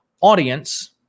audience